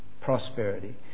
prosperity